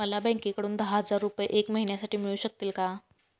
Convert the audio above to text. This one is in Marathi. मला बँकेकडून दहा हजार रुपये एक महिन्यांसाठी मिळू शकतील का?